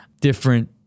different